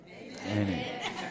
Amen